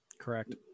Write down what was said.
Correct